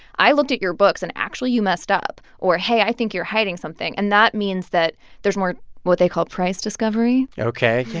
i looked at your books, and actually, you messed up, or hey, i think you're hiding something. and that means that there's more what they call price discovery ok. yeah,